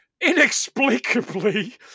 inexplicably